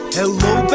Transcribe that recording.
Hello